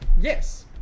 Yes